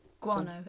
Guano